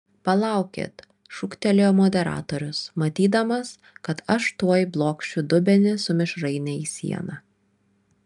palaukit šūktelėjo moderatorius matydamas kad aš tuoj blokšiu dubenį su mišraine į sieną